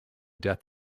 death